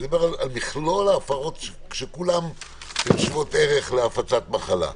על מכלול ההפרות שכולן שוות ערך להפצת מחלה.